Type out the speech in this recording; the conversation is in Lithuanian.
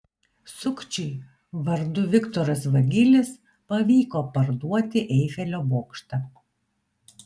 sukčiui vardu viktoras vagilis pavyko parduoti eifelio bokštą